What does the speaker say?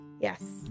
Yes